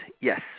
Yes